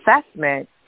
assessment